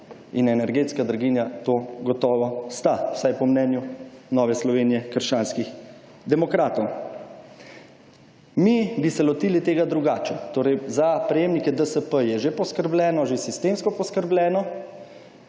in energetska draginja to gotovo sta, vsaj po mnenju Nove Slovenije – krščanskih demokratov. Mi bi se lotili tega drugače. Torej, za prejemnike DSP je že poskrbljeno, že sistemsko poskrbljeno.